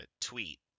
tweet